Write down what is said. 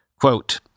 Quote